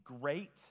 great